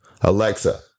Alexa